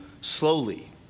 slowly